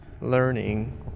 learning